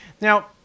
Now